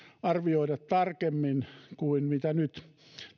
arvioida tarkemmin kuin mitä nyt